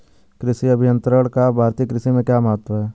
कृषि अभियंत्रण का भारतीय कृषि में क्या महत्व है?